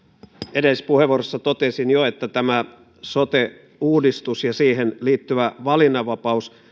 edellisessä puheenvuorossa totesin jo että sote uudistus ja siihen liittyvä valinnanvapaus